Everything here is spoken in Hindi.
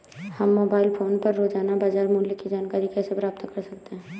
हम मोबाइल फोन पर रोजाना बाजार मूल्य की जानकारी कैसे प्राप्त कर सकते हैं?